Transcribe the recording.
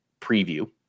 preview